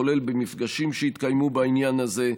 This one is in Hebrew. כולל במפגשים שהתקיימו בעניין הזה.